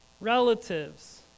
relatives